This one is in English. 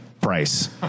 price